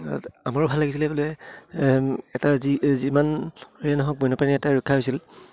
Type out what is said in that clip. আমাৰো ভাল লাগিছিলে বোলে এটা যি যিমান হেৰিয়ে নহওক বন্যপ্ৰাণী এটা ৰক্ষা হৈছিল